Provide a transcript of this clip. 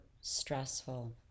stressful